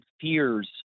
fears